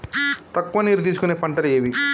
తక్కువ నీరు తీసుకునే పంటలు ఏవి?